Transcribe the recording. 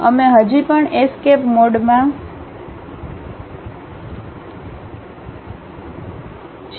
અમે હજી પણ એસ્કેપ મોડમાં છીએ